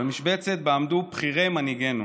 במשבצת שבה עמדו בכירי מנהיגינו,